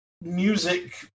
music